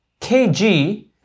KG